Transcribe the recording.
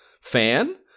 fan